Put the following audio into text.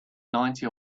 ninety